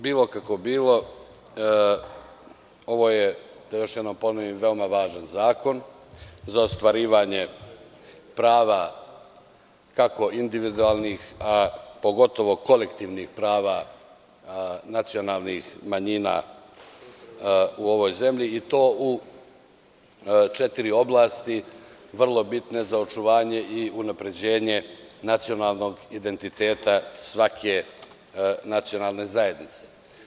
Bilo kako bilo, ovo je veoma važan zakon za ostvarivanje prava kako individualnih, pogotovo kolektivnih prava nacionalnih manjina u ovoj zemlji i to u četiri oblasti vrlo bitne za očuvanje i unapređenje nacionalnog identiteta svake nacionalne zajednice.